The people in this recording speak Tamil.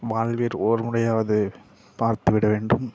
வாழ்வில் ஓர் முறையாவது பார்த்துவிடவேண்டும்